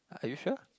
are you sure